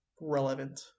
relevant